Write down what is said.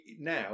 now